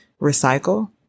recycle